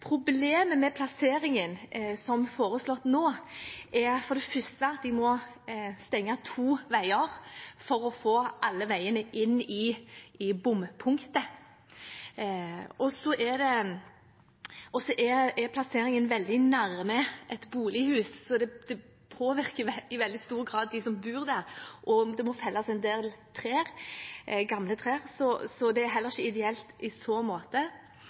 Problemet med den plasseringen som er foreslått nå, er for det første at de må stenge to veier for å få alle veiene inn i bompunktet. Plasseringen er veldig nærme et bolighus, så det påvirker i veldig stor grad dem som bor der, og det må felles en del gamle trær, så det er heller ikke ideelt i så måte.